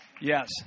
Yes